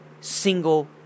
single